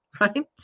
right